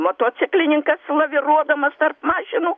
motociklininkas laviruodamas tarp mašinų